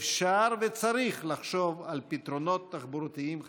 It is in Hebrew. אפשר וצריך לחשוב על פתרונות תחבורתיים חדשניים.